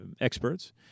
experts